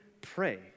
pray